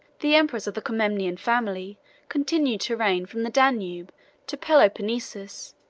the emperors of the comnenian family continued to reign from the danube to peloponnesus,